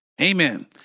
Amen